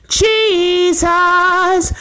jesus